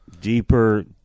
deeper